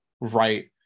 right